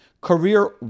Career